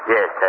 Yes